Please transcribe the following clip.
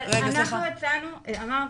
אנחנו הצענו, אמרתי,